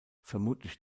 vermutlich